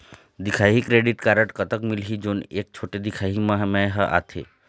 दिखाही credit card कतक मिलही जोन एक छोटे दिखाही म मैं हर आथे?